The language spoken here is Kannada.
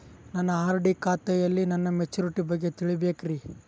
ನನ್ನ ಆರ್.ಡಿ ಖಾತೆಯಲ್ಲಿ ನನ್ನ ಮೆಚುರಿಟಿ ಬಗ್ಗೆ ತಿಳಿಬೇಕ್ರಿ